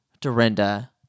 Dorinda